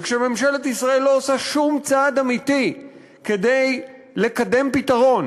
וכאשר ממשלת ישראל לא עושה שום צעד אמיתי כדי לקדם פתרון,